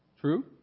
True